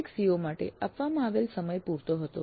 દરેક CO માટે આપવામાં આવેલ સમય પૂરતો હતો